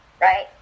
Right